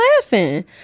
laughing